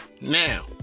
Now